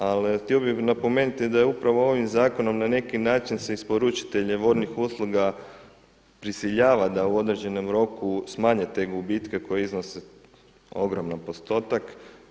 Ali htio bih napomenuti da je upravo ovim zakonom na neki način se isporučitelje vodnih usluga prisiljava da u određenom roku smanje te gubitke koji iznose ogroman postotak.